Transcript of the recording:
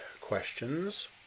questions